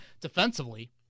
defensively